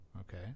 Okay